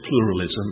pluralism